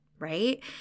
right